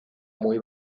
muy